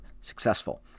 successful